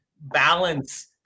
balance